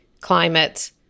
climate